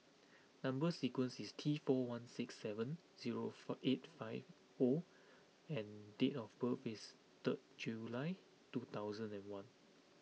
number sequence is T four one six seven zero eight five O and date of birth is third July two thousand and one